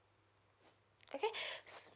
okay